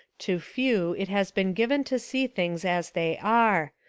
to few it has been given to see things as they are,